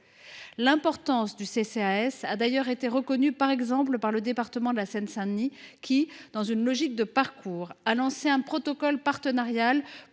l’importance des CCAS a t elle été reconnue par le département de la Seine Saint Denis, qui, dans une logique de parcours, a lancé un protocole partenarial